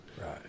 Right